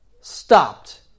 stopped